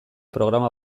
programa